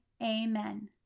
Amen